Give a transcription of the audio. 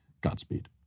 Godspeed